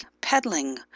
peddling